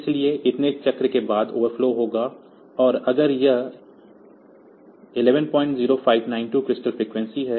इसलिए इतने चक्रों के बाद ओवरफ्लो होगा और अगर यह 110592 क्रिस्टल फ्रीक्वेंसी है